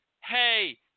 Hey